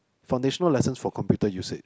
foundational lessons for computer usage